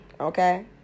okay